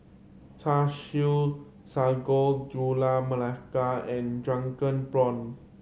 Char Siu Sago Gula Melaka and drunken prawn